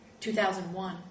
2001